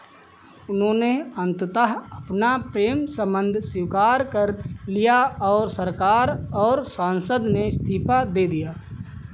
उन्होंने अंततः अपना प्रेम संबंध स्वीकार कर लिया और सरकार और संसद ने इस्तीफ़ा दे दिया